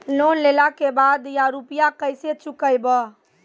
Loan लेला के बाद या रुपिया केसे चुकायाबो?